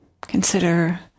consider